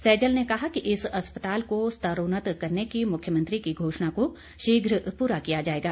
सैजल ने कहा कि इस अस्पताल को स्तरोत्रत करने की मुख्यमंत्री की घोषणा को शीघ्र पूरा किया जाएगा